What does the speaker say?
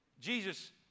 Jesus